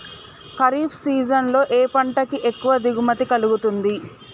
Kharif season లో ఏ పంట కి ఎక్కువ దిగుమతి కలుగుతుంది?